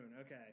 Okay